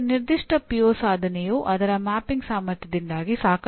ವಿದ್ಯಾರ್ಥಿಗಳ ಸಾಧನೆ ಇಲ್ಲಿ ಶ್ರೇಣಿ 1ಕ್ಕೆ100 ಅಂಕಗಳು ಮತ್ತು ಶ್ರೇಣಿ 2 ಕ್ಕೆ 150 ಅಂಕಗಳು